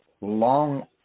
long